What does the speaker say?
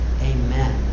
amen